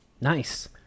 Nice